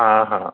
हा हा